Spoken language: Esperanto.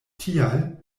tial